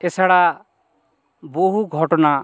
এছাড়া বহু ঘটনা